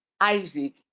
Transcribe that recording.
Isaac